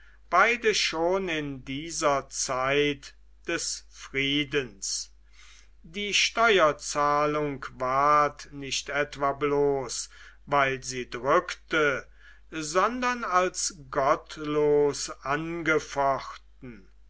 beide schon in dieser zeit des friedens die steuerzahlung ward nicht etwa bloß weil sie drückte sondern als gottlos angefochten